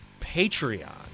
patreon